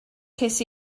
ces